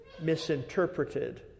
misinterpreted